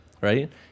right